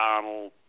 Donald